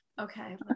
okay